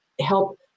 help